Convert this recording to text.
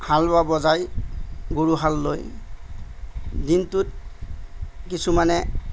হাল বাব যাই গৰু হাল লৈ দিনটোত কিছুমানে